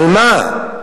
על מה?